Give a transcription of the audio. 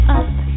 up